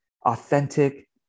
authentic